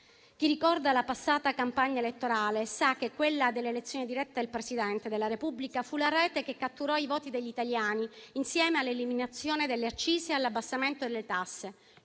Chi ricorda la passata campagna elettorale sa che quella dell'elezione diretta del Presidente della Repubblica fu la rete che catturò i voti degli italiani insieme all'eliminazione delle accise e all'abbassamento delle tasse.